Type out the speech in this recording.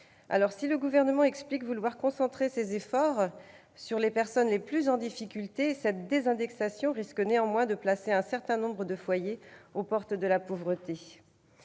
années. Si le Gouvernement explique vouloir concentrer ses efforts sur les personnes les plus en difficulté, cette désindexation risque de placer un certain nombre de foyers aux portes de la pauvreté.